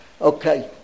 Okay